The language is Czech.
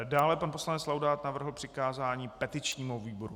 Dále pan poslanec Laudát navrhl přikázání petičnímu výboru.